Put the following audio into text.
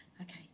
Okay